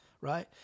right